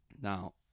Now